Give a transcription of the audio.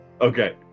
Okay